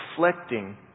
reflecting